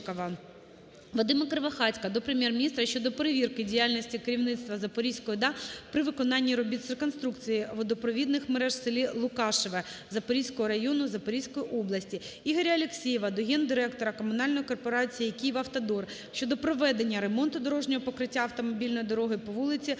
Вадима Кривохатька до Прем'єр-міністра щодо перевірки діяльності керівництва Запорізької ОДА при виконанні робіт з реконструкції водопровідних мереж в селі Лукашеве, Запорізького району, Запорізької області. Ігоря Алексєєва до Гендиректора комунальної корпорації "Київавтодор" щодо проведення ремонту дорожнього покриття автомобільної дороги по вулиці